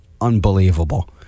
unbelievable